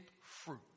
fruit